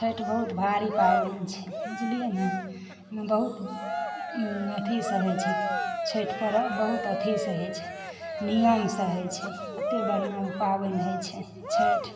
छठि बहुत भारी पाबनि छै बुझलियै न ओहिमे बहुत अथी सहय छै छठि पर्व बहुत अथीसँ होइ छै नियमसँ होइ छै एतए बढ़िआँ पाबनि होइ छै छठि